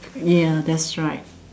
ya that's right